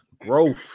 growth